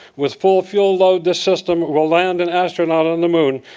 with full fuel load, this system will land an astronaut on the moon,